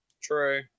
True